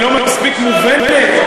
היא לא מספיק מובנת?